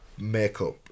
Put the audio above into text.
makeup